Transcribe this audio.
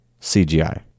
CGI